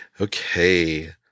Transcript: Okay